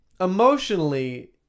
emotionally –